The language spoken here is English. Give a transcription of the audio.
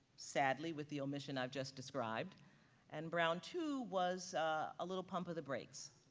sadly with the omission i've just described and brown to was a little pump of the brakes.